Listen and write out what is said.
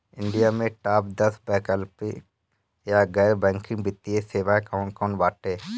India में top दस वैकल्पिक या गैर बैंकिंग वित्तीय सेवाएं कौन कोन बाटे?